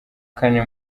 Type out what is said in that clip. kane